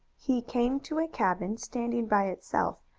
he came to a cabin standing by itself,